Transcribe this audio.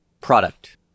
product